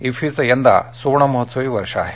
इफ्फीचं यंदा सुवर्णमहोत्सवी वर्ष आहे